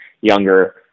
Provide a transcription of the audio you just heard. younger